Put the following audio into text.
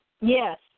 Yes